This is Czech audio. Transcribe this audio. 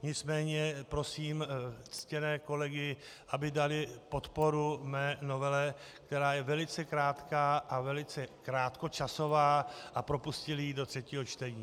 Nicméně prosím ctěné kolegy, aby dali podporu mé novele, která je velice krátká a velice krátkočasová, a propustili ji do třetího čtení.